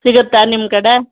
ಸಿಗುತ್ತಾ ನಿಮ್ಮ ಕಡೆ